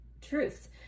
truths